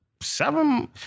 seven